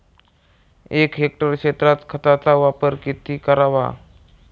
एक हेक्टर क्षेत्रात खताचा वापर किती करावा?